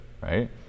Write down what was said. right